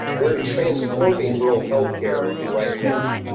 we're transforming rural health care right now,